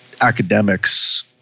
academics